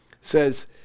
says